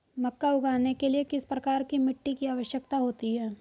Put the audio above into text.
मक्का उगाने के लिए किस प्रकार की मिट्टी की आवश्यकता होती है?